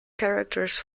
characters